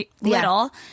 little